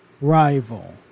rival